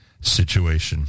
situation